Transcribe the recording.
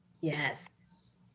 Yes